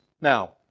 Now